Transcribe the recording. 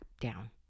down